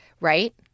right